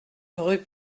rue